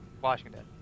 Washington